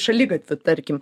šaligatviu tarkim